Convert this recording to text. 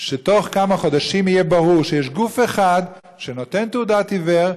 ובתוך כמה חודשים יהיה ברור שיש גוף אחד שנותן תעודת עיוור,